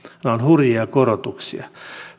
nämä ovat hurjia korotuksia